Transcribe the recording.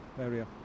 area